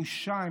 בושה,